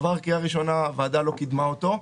זה עבר בקריאה ראשונה והוועדה לא קידמה אותו.